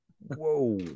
Whoa